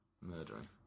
murdering